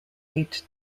eight